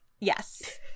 Yes